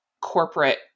corporate